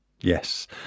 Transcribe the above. yes